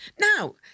Now